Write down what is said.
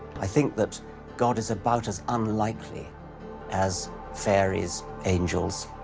i think that god is about as unlikely as fairies, angels,